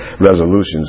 resolutions